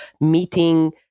meeting